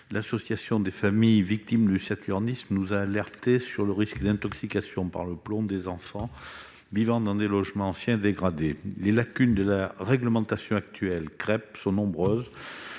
l'Association des familles victimes du saturnisme nous a alertés sur le risque d'intoxication par le plomb des enfants vivant dans des logements anciens et dégradés. Les lacunes de la réglementation actuelle relative au constat